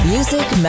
Music